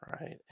right